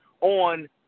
on